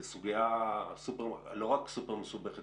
זו סוגיה סופר מסובכת